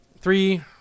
three